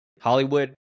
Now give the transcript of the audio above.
Hollywood